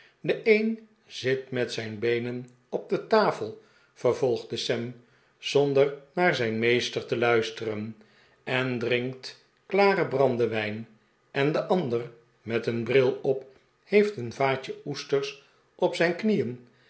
de een zit met zijn beenen op de tafel vervolgde sam zonder naar zijn meester te luisteren en drinkt klaren brandewijn en de ander met een bril op heeft een vaatje oesters op zijn knieen